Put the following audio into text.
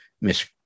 Miss